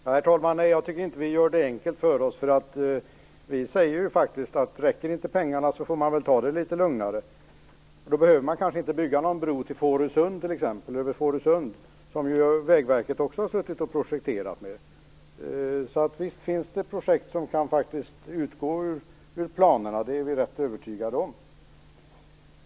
Herr talman! Vi gör det inte enkelt för oss. Vi säger faktiskt att om pengarna inte räcker får man väl ta det litet lugnare. Då behöver man kanske inte bygga någon bro över Fårösund, t.ex., också det något som Vägverket har suttit och projekterat. Visst finns projekt som faktiskt kan utgå ur planerna, det är vi rätt övertygade om.